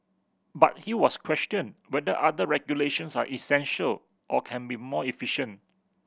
but he has questioned whether other regulations are essential or can be more efficient